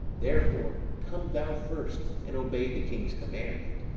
therefore, come thou first, and obey the king's commandment,